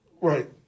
Right